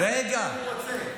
גם אם הוא רוצה.